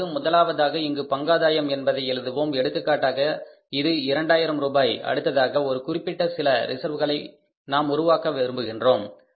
இப்பொழுது முதலாவதாக இங்கு பங்காதாயம் என்பதை எழுதுவோம் எடுத்துக்காட்டாக அது இரண்டாயிரம் ரூபாய் அடுத்ததாக ஒரு குறிப்பிட்ட சில ரிசர்வ்களை நாம் உருவாக்க விரும்புகின்றோம்